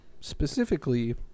Specifically